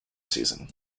season